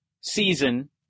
season